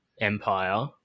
Empire